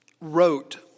wrote